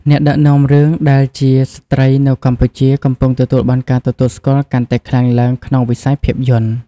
អ្នកដឹកនាំរឿងដែលជាស្ត្រីនៅកម្ពុជាកំពុងទទួលបានការទទួលស្គាល់កាន់តែខ្លាំងឡើងក្នុងវិស័យភាពយន្ត។